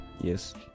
yes